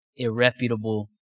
irreputable